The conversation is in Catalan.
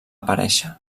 aparèixer